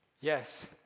Yes